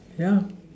yeah